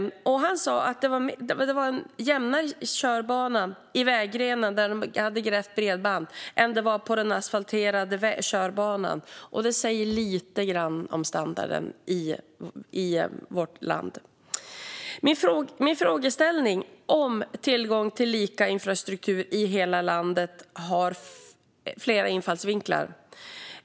Han sa att underlaget på vägrenen, där man hade grävt för bredband, var jämnare än på den asfalterade körbanan. Det säger lite grann om standarden i vårt land. Min frågeställning om tillgång till lika infrastruktur i hela landet har flera infallsvinklar.